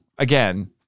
Again